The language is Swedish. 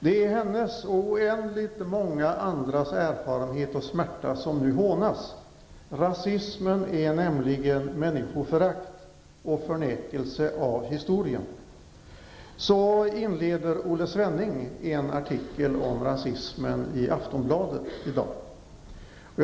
Det är hennes och oändligt många andras erfarenhet och smärta som nu hånas. Rasismen är nämligen människoförakt och förnekelse av historien.'' På detta sätt inleder Olle Svenning en artikel i Aftonbladet i dag om rasism.